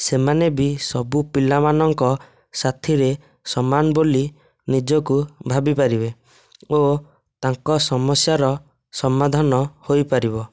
ସେମାନେ ବି ସବୁ ପିଲାମାନଙ୍କ ସାଥିରେ ସମାନ ବୋଲି ନିଜକୁ ଭାବି ପାରିବେ ଓ ତାଙ୍କ ସମସ୍ୟାର ସମାଧାନ ହୋଇପାରିବ